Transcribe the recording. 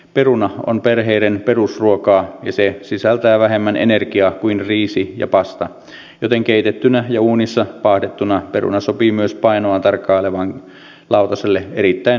peruna on perheiden perusruokaa ja se sisältää vähemmän energiaa kuin riisi ja pasta joten keitettynä ja uunissa paahdettuna peruna sopii myös painoaan tarkkailevan lautaselle erittäin hyvin